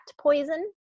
poison